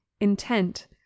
intent